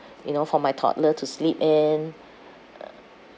you know for my toddler to sleep in